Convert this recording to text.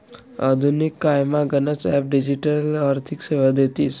आधुनिक कायमा गनच ॲप डिजिटल आर्थिक सेवा देतीस